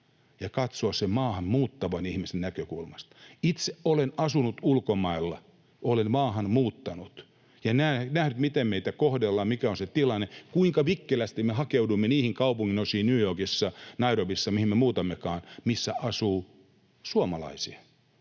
ja katsoa sen maahan muuttavan ihmisen näkökulmasta. Itse olen asunut ulkomailla. Olen maahan muuttanut ja nähnyt miten meitä kohdellaan, mikä on se tilanne, kuinka vikkelästi me hakeudumme niihin kaupunginosiin New Yorkissa, Nairobissa, tai mihin me muutammekaan, missä asuu suomalaisia.